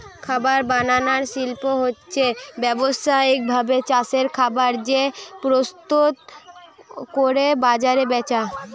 খাবার বানানার শিল্প হচ্ছে ব্যাবসায়িক ভাবে চাষের খাবার কে প্রস্তুত কোরে বাজারে বেচা